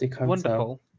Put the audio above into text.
Wonderful